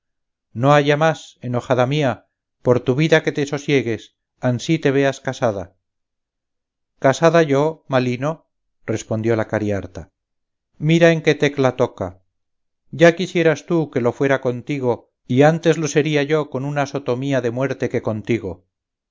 no haya más enojada mía por tu vida que te sosiegues ansí te veas casada casada yo malino respondió la cariharta mirá en qué tecla toca ya quisieras tú que lo fuera contigo y antes lo sería yo con una sotomía de muerte que contigo